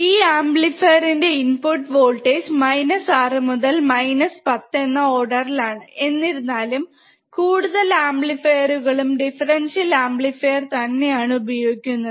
ഈ അമ്പ്ലിഫീർ ന്റെ input voltage minus 6 മുതൽ മൈനസ് 10 എന്നാ ഓർഡറിലാണ് എന്നിരുന്നാലും കൂടുതൽ അമ്പ്ലിഫീർകളും ദിഫ്ഫെരെന്റ്റ്യൽ അമ്പ്ലിഫീർ തന്നെയാണ് ഉപയോഗിക്കുന്നത്